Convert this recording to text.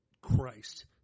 christ